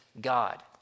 God